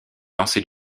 lancer